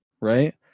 Right